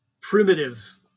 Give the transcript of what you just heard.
primitive